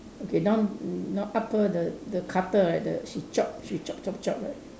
okay now now upper the the cutter right the she chop she chop chop chop right